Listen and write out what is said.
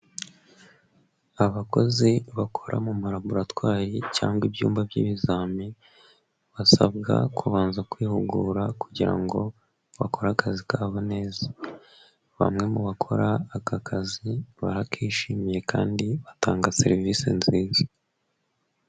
Abakozi bakora mu malaboratware cyangwa ibyumba by'ibizami, basabwa kubanza kwihugura kugira ngo bakore akazi kabo neza, bamwe mu bakora aka kazi barakishimiye kandi batanga serivisi nziza.